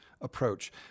approach